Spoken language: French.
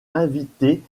invitée